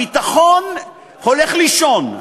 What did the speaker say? הביטחון הולך לישון.